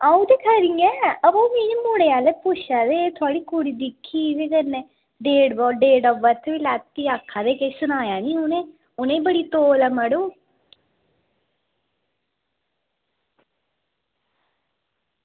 अं'ऊ ते खरी ऐं बाऽ ओह् मिगी मुड़े आह्ले पुच्छा दे की थुआढ़ी कुड़ी दिक्खी ते कन्नै डेट ऑफ बर्थ बी लैती ते किश सनाया निं उनें उ'नेंगी बड़ी तौल ऐ मड़ो